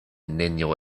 nenio